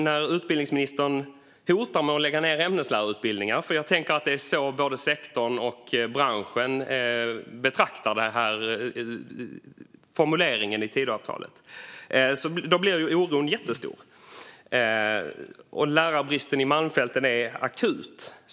När utbildningsministern hotar med att lägga ned ämneslärarutbildningar - jag tänker att det är så både sektorn och branschen betraktar formuleringen i Tidöavtalet - blir oron alltså jättestor. Lärarbristen i Malmfälten är akut.